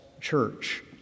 church